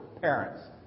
parents